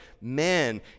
men